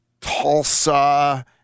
Tulsa –